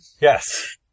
Yes